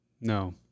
no